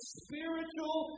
spiritual